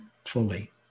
fully